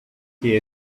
que